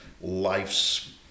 life's